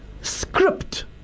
script